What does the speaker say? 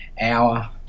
hour